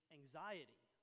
anxiety